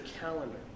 calendar